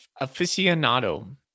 aficionado